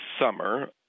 summer